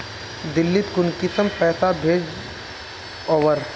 दिल्ली त कुंसम पैसा भेज ओवर?